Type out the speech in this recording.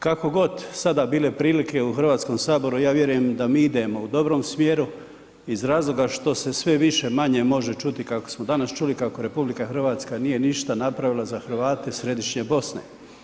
Kako god sada bile prilike u Hrvatskom saboru, ja vjerujem da mi idemo u dobrom smjeru iz razloga što se sve više-manje može čuti kako smo danas čuli kako RH nije ništa napravila za Hrvate Središnje Bosne.